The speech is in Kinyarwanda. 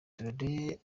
dore